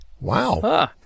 Wow